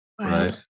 Right